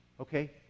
Okay